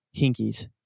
Hinkies